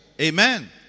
Amen